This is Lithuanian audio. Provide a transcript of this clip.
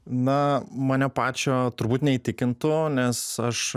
na mane pačio turbūt neįtikintų nes aš